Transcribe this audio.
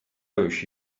uscì